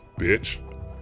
bitch